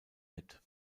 mit